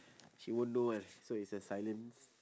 she won't know [one] so it's a silence